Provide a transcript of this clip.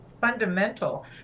fundamental